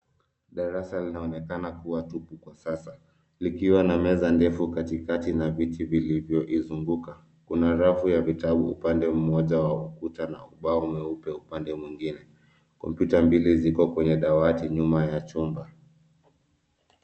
Darasa linaonekana kuwa tupu kwa sasa likiwa na meza ndefu katikati na viti vilivyoizunguka. Kuna rafu ya vitabu upande mmoja wa ukuta na ubao mweupe upande mwingine. Kompyuta mbili ziko kwenye dawati nyuma ya chumba.